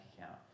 account